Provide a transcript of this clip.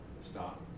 Stop